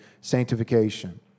sanctification